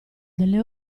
delle